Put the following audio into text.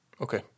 Okay